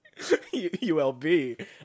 ulb